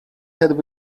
had